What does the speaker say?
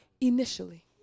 initially